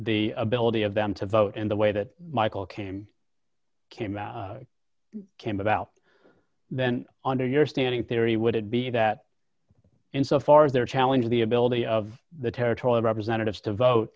the ability of them to vote and the way that michael caine came out came about then under your standing theory would it be that and so far their challenge the ability of the territory representatives to vote